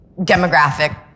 demographic